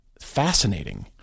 fascinating